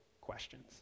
questions